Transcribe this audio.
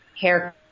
hair